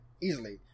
easily